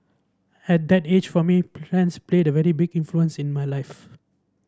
at that age for me friends played a very big influence in my life